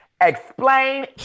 Explain